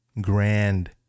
grand